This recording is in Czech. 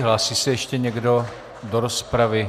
Hlásí se ještě někdo do rozpravy?